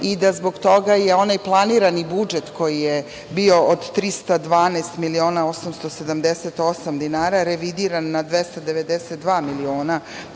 i da zbog toga je onaj planirani budžet koji je bio od 312 miliona 878 dinara revidiran na 292 miliona